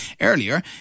Earlier